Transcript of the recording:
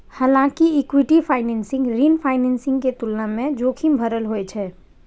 हालांकि equity financing ऋण financing के तुलना मे जोखिम भरल होइ छै